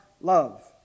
love